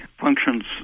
functions